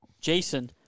Jason